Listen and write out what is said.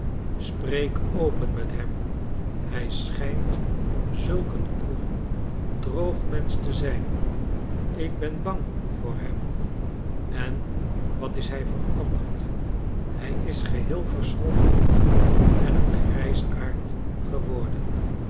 spreek open met hem hij schijnt zulk een koel droog mensch te zijn ik ben bang voor hem en wat is hij veranderd hij is geheel verschrompeld en een grijsaard geworden